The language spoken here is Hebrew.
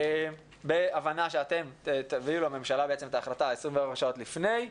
בהבנה שאתם תביאו לממשלה את ההחלטה 24 שעות לפני.